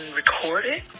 recorded